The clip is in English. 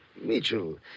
Mitchell